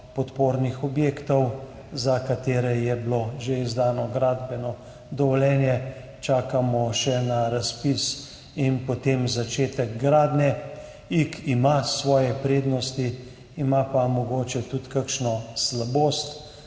tehničnopodpornih objektov, za katere je bilo že izdano gradbeno dovoljenje, čakamo še na razpis in potem začetek gradnje. Ig ima svoje prednosti, ima pa mogoče tudi kakšno slabost,